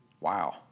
Wow